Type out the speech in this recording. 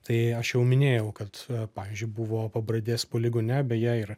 tai aš jau minėjau kad pavyzdžiui buvo pabradės poligone beje ir